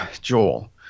Joel